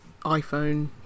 iPhone